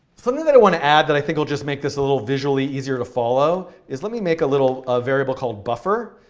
so that i want to add that i think will just make this a little visually easier to follow is, let me make a little ah variable called buffer.